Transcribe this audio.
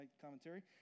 commentary